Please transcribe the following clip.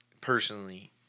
personally